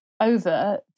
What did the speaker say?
over